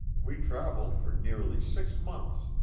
we travelled for nearly six months,